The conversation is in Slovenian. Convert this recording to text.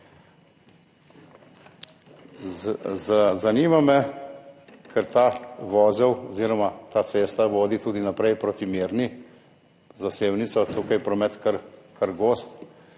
ta vozel oziroma cesta vodi tudi naprej proti Mirni, za Sevnico, tukaj je promet kar gost,